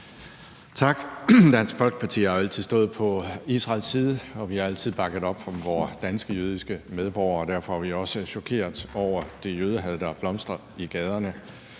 Tak. Dansk Folkeparti har jo altid stået på Israels side, og vi har altid bakket op om vore danske jødiske medborgere, og derfor er vi også chokeret over det jødehad, der blomstrer i gaderne.